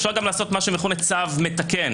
אפשר גם לעשות צו מתקן.